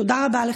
תודה רבה לך.